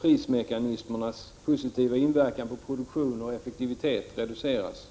prismekanismernas positiva inverkan på produktion och effektivitet reduceras.